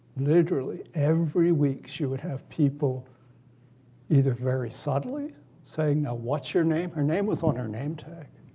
literally, every week she would have people either very suddenly saying, ah what's your name? her name was on her name tag.